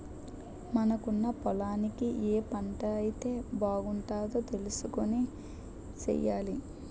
మనకున్న పొలానికి ఏ పంటైతే బాగుంటదో తెలుసుకొని సెయ్యాలి